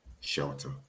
shelter